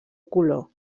color